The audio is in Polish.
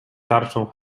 tarczą